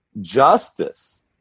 justice